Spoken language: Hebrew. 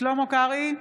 שלמה קרעי,